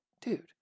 dude